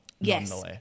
Yes